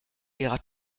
ihrer